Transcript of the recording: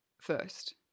first